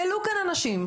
העלו כאן אנשים,